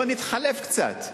בואו נתחלף קצת,